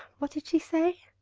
what did she say?